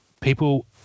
people